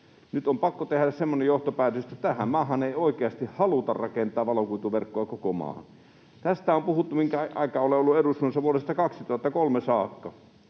nyt on pakko tehdä semmoinen johtopäätös, että tähän maahan ei oikeasti haluta rakentaa valokuituverkkoa koko maahan. Tästä on puhuttu, minkä aikaa olen ollut eduskunnassa, vuodesta 2003 saakka.